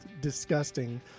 disgusting